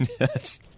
Yes